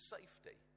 Safety